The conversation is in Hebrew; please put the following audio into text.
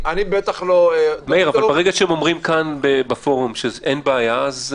ברגע שהם אומרים שאין בעיה.